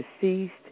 deceased